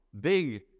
big